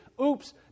oops